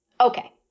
Okay